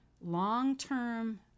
long-term